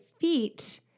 feet